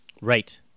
Right